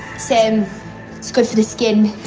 same goes for the skin.